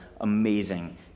amazing